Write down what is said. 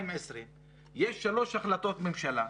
יש שלוש החלטות ממשלה,